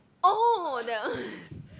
oh the